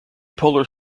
polar